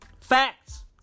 Facts